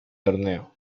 torneo